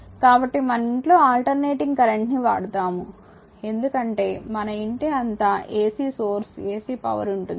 కాబట్టి మన ఇంట్లో ఆల్టర్నేటింగ్ కరెంట్ ని వాడుతాము ఎందుకంటే మన ఇంటి అంతా ఎసి సోర్స్ ఎసి పవర్ ఉంటుంది